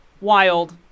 wild